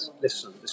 listen